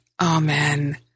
Amen